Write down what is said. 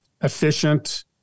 efficient